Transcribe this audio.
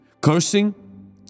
Cursing